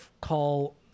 call